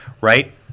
right